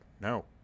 no